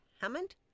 Hammond